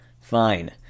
Fine